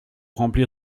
remplir